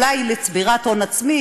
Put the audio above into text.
אולי לצבירת הון עצמי,